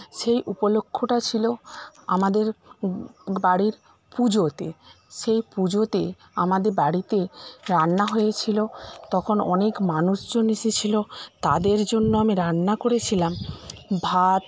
সেই উপলক্ষ্যটা ছিল আমাদের বাড়ির পুজোতে সেই পুজোতে আমাদের বাড়িতে রান্না হয়েছিলো তখন অনেক মানুষজন এসেছিলো তাদের জন্য আমি রান্না করেছিলাম ভাত